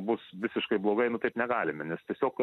bus visiškai blogai nu taip negalime nes tiesiog